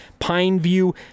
Pineview